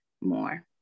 more